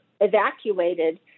evacuated